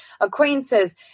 acquaintances